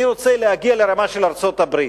אני רוצה להגיע לרמה של ארצות-הברית.